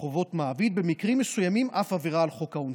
(חובות מעביד) ובמקרים מסוימים אף עבירה על חוק העונשין.